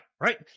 right